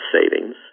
savings